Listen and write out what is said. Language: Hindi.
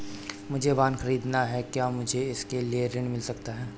मुझे वाहन ख़रीदना है क्या मुझे इसके लिए ऋण मिल सकता है?